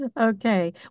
Okay